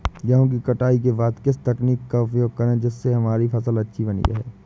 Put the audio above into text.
गेहूँ की कटाई के बाद किस तकनीक का उपयोग करें जिससे हमारी फसल अच्छी बनी रहे?